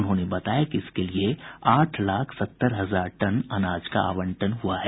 उन्होंने बताया कि इसके लिए आठ लाख सत्तर हजार टन अनाज का आवंटन हुआ है